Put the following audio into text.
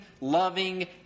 loving